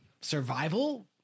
survival